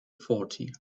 forty